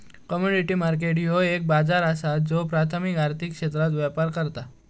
commodity market ह्यो एक बाजार असा ज्यो प्राथमिक आर्थिक क्षेत्रात व्यापार करता